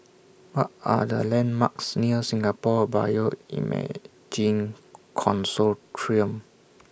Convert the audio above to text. What Are The landmarks near Singapore Bioimaging Consortium